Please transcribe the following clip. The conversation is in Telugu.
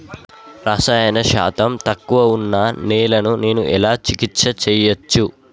రసాయన శాతం తక్కువ ఉన్న నేలను నేను ఎలా చికిత్స చేయచ్చు?